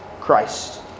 Christ